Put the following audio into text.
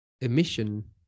emission